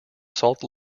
salt